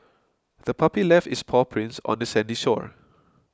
the puppy left its paw prints on the sandy shore